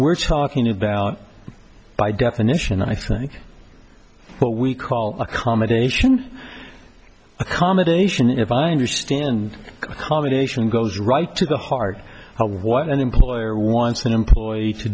we're talking about by definition i think what we call accommodation accommodation if i understand combination goes right to the heart of what an employer wants an employee to